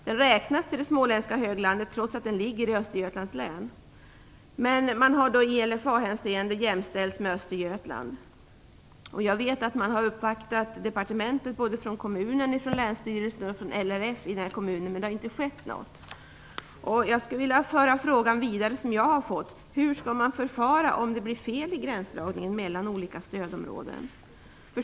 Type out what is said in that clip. Den räknas till det småländska höglandet trots att den ligger i Östergötlands län, men i LFA-hänseende har kommunen jämställts med Östergötland. Jag vet att man från kommunen, Länsstyrelsen och LRF har uppvaktat departementet, men det har inte skett någonting. Jag har fått en fråga som jag vill föra vidare: Hur skall man förfara om det blir fel i gränsdragningen mellan olika stödområden?